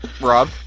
Rob